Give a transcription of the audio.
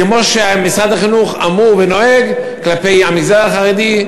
כמו שמשרד החינוך אמור ונוהג כלפי המגזר החרדי,